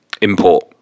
import